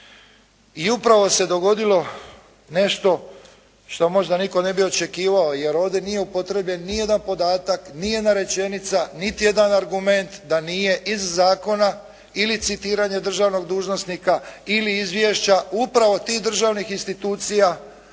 I upravo se dogodilo nešto što možda nitko ne bi očekivao jer ovdje nije upotrijebljen ni jedan podatak, ni jedna rečenica niti jedan argument da nije iz zakona ili citiranje državnog dužnosnika ili izvješća upravo tih državnih institucija